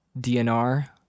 DNR